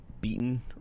beaten